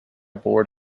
board